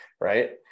Right